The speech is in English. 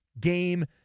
Game